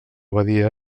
badia